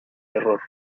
error